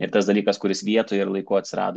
ir tas dalykas kuris vietoj ir laiku atsirado